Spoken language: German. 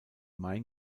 main